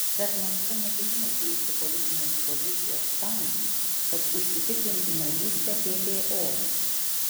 bet maskva neketina keisti politinės pozicijos tam kad užsitikrintų narystę ppo